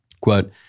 Quote